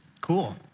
cool